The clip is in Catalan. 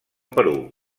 perú